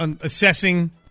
assessing